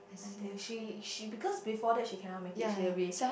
until she she because before that she cannot make it she will be